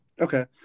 Okay